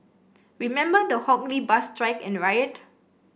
remember the Hock Lee bus strike and riot